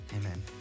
Amen